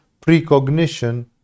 precognition